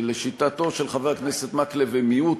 שלשיטתו של חבר הכנסת מקלב הם מיעוט,